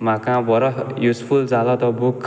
म्हाका बोरो युजफूल जाला तो बूक